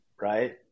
right